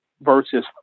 versus